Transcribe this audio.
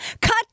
cut